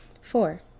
four